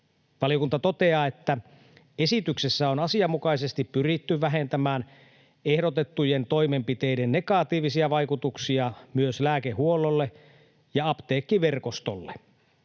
Valiokunta toteaa, että esityksessä on asianmukaisesti pyritty vähentämään ehdotettujen toimenpiteiden negatiivisia vaikutuksia myös lääkehuollolle ja apteekkiverkostolle.